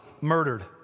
murdered